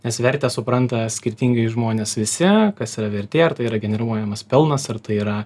nes vertę supranta skirtingai žmonės visi kas yra vertė ar tai yra generuojamas pelnas ar tai yra